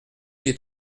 des